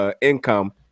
income